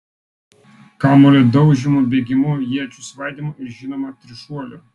kamuolio daužymu bėgimu iečių svaidymu ir žinoma trišuoliu